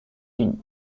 unis